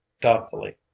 doubtfully